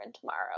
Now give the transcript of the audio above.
tomorrow